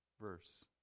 verse